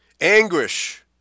Anguish